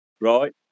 right